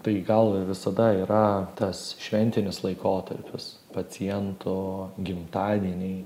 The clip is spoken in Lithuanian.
tai gal visada yra tas šventinis laikotarpis pacientų gimtadieniai